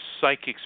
psychics